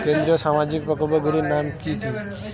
কেন্দ্রীয় সামাজিক প্রকল্পগুলি নাম কি কি?